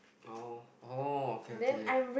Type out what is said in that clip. orh oh okay okay